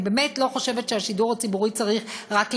אני באמת לא חושבת שהשידור הציבורי צריך רק לדווח,